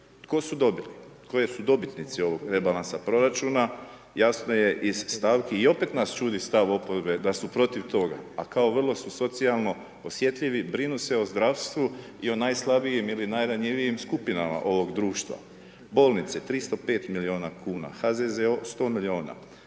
Tko su dobili, koje su dobitnici ovog rebalansa proračuna jasno je iz stavki i opet nas čudi stav oporbe da su protiv toga, a kao vrlo su socijalno osjetljivi brinu se o zdravstvu i o najslabijim ili najranjivijim skupinama ovog društva. Bolnice 305 miliona kuna, HZZO 100 miliona,